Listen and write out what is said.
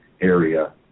area